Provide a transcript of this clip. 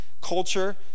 culture